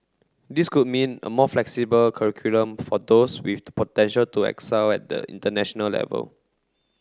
this could mean a more flexible curriculum for those with the potential to excel at the international level